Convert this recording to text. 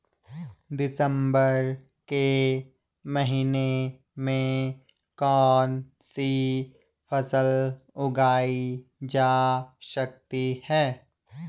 दिसम्बर के महीने में कौन सी फसल उगाई जा सकती है?